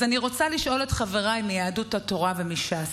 אז אני רוצה לשאול את חבריי מיהדות התורה ומש"ס: